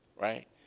right